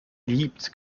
liebt